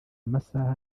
amasaha